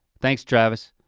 thanks travis,